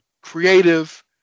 creative